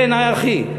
אחי,